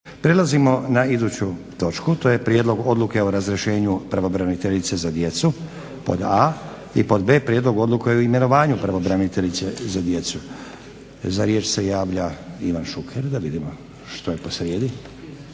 Prelazimo na iduću točku. To je a) Prijedlog Odluke o razrješenju pravobraniteljice za djecu; b) Prijedlog Odluke o imenovanju pravobraniteljice za djecu Za riječ se javlja Ivan Šuker. Da vidimo što je posrijedi.